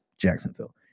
Jacksonville